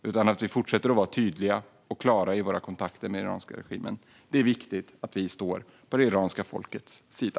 Vi ska fortsätta att vara tydliga och klara i våra kontakter med den iranska regimen. Det är viktigt att vi står på det iranska folkets sida.